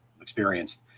experienced